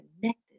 connected